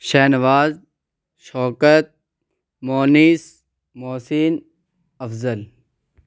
Shahnawaz Shaukat Moonis Mohsin Afzal